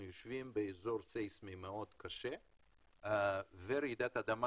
אנחנו יושבים באזור ססמי מאוד קשה ורעידת אדמה